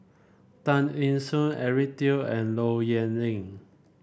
Tan Eng Soon Eric Teo and Low Yen Ling